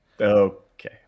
Okay